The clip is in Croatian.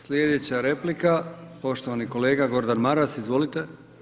Slijedeća replika, poštovani kolega Gordan Maras, izvolite.